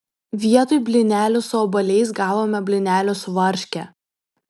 vietoj blynelių su obuoliais gavome blynelių su varške